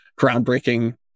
groundbreaking